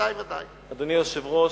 אדוני היושב-ראש,